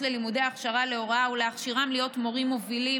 ללימודי הכשרה להוראה ולהכשירם להיות מורים מובילים,